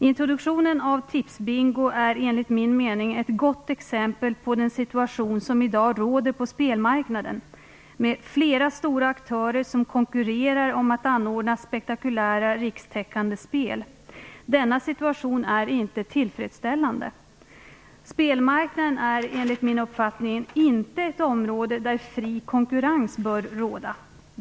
Introduktionen av Tipsbingo är ett gott exempel på den situation som i dag råder på spelmarknaden med flera stora aktörer som konkurrerar om att anordna spektakulära rikstäckande spel. Denna situation är inte tillfredsställande. Spelmarknaden är, enligt min uppfattning, inte ett område där fri konkurrens bör råda.